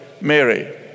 Mary